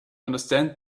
understand